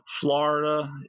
Florida